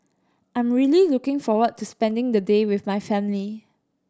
I'm really looking forward to spending the day with my family